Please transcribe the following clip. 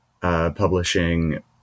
publishing